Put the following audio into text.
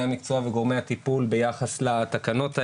המקצוע וגורמי הטיפול ביחס לתקנות האלה,